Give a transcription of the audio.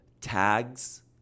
tags